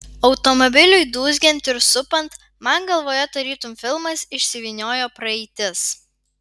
automobiliui dūzgiant ir supant man galvoje tarytum filmas išsivyniojo praeitis